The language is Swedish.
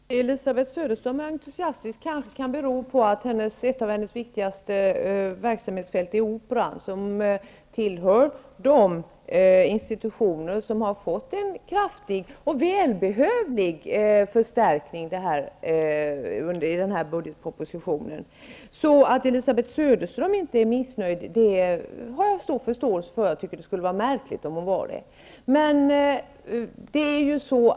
Herr talman! Att Elisabeth Söderström är entusiastisk kanske kan bero på att ett av hennes viktigaste verksamhetsfält är Operan, som tillhör de institutioner som har fått en kraftig och välbehövlig förstärkning i kulturpropositionen. Så att Elisabeth Söderström inte är missnöjd har jag stor förståelse för. Jag tycker att det skulle vara märkligt om hon var det.